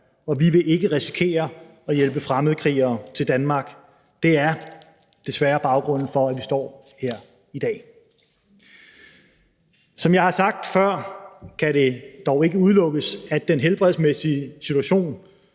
og vi vil ikke risikere at hjælpe fremmedkrigere til Danmark. Det er desværre baggrunden for, at vi står her i dag. Som jeg har sagt før, kan det dog ikke udelukkes, at den helbredsmæssige situation